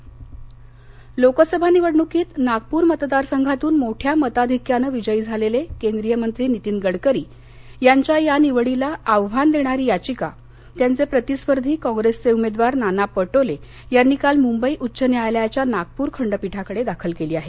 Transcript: पटोले लोकसभा निवडणुकीत नागपूर मतदारसंघातून मोठ्या मताधिक्यानं विजयी झालेले केंद्रीय मंत्री नीतीन गडकरी यांच्या या निवडीला आव्हान देणारी याचिका त्यांचे प्रतिस्पर्धी काँग्रेसचे उमेदवार नाना पटोले यांनी काल मुंबई उच्च न्यायालयाच्या नागपूर खंडपीठाकडे दाखल केली आहे